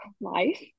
life